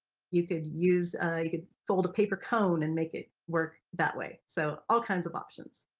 you could use you could fold a paper cone and make it work that way so all kinds of options.